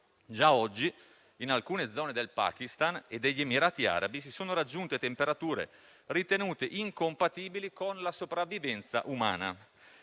già oggi in alcune zone del Pakistan e degli Emirati Arabi si sono raggiunte temperature ritenute incompatibili con la sopravvivenza umana.